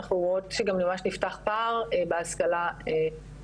אנחנו רואות שגם ממש נפתח פער בהשכלה לימודים